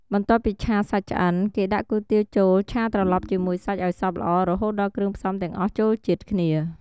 បន្ទាប់ពីឆាសាច់ឆ្អិន គេដាក់គុយទាវចូលឆាត្រឡប់ជាមួយសាច់ឱ្យសព្វល្អ រហូតដល់គ្រឿងផ្សំទាំងអស់ចូលជាតិគ្នា។